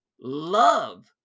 love